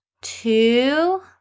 two